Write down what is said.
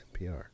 NPR